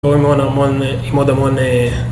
רואים מאד המון מאד המון אהה...